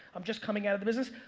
i'm just coming out of the business,